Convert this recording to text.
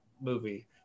movie